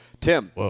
Tim